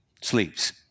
sleeps